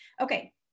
Okay